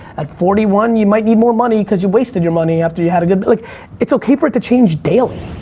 at forty one, you might need more money because you wasted your money after you had a good. but like it's okay for it to change daily.